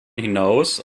hinaus